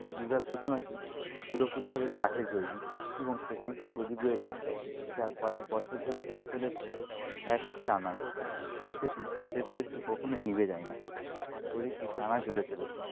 সেই দুর্গার প্রতিমাটি পুরোপুরিভাবেই কাঠের তৈরি এবং সেখানে একটি প্রদীপ রয়েছে যা কয়েক বছর ধরে জ্বলে চলেছে এক টানাই সেটি সেই প্রদীপটি কখনই নিভে যায় না প্রদীপটি টানা জ্বলে চলেছে